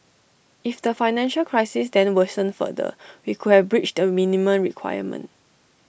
if the financial crisis then worsened further we could have breached the minimum requirement